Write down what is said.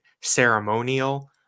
ceremonial